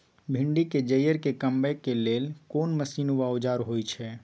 भिंडी के जईर के कमबै के लेल कोन मसीन व औजार होय छै?